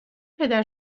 پدر